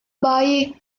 baik